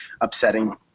upsetting